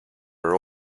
where